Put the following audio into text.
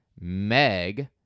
Meg